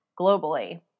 globally